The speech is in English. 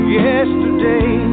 yesterday